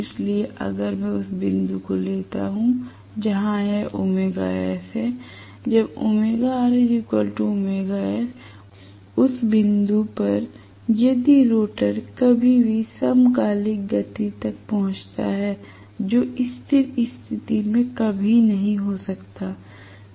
इसलिए अगर मैं उस बिंदु को लेता हूं जहां यह है जब उस बिंदु पर यदि रोटर कभी भी समकालिक गति तक पहुंचता है जो स्थिर स्थिति में कभी नहीं हो सकता है